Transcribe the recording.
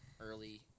early